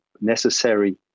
necessary